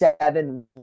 seven